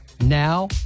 Now